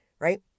right